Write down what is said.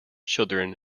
children